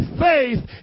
faith